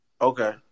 Okay